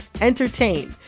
entertain